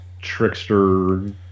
trickster